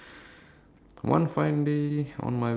so I tried it out and yup here I am